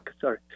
Sorry